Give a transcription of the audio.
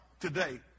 today